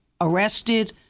arrested